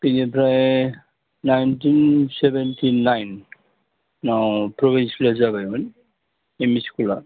बेनिफ्राय nineteen seventy नाइनाव provincialise जाबायमोन एम इ स्कुला